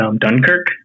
Dunkirk